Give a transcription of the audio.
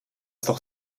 doch